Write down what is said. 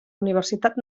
universitat